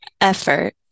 effort